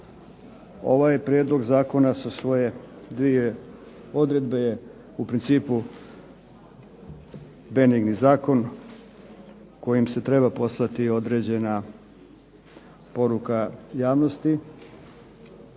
ovaj je prijedlog zakona sa svoje dvije odredbe je u principu benigni zakon kojim se treba poslati određena poruka javnosti,